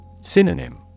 Synonym